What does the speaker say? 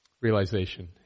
realization